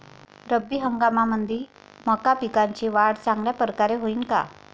रब्बी हंगामामंदी मका पिकाची वाढ चांगल्या परकारे होईन का?